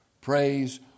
praise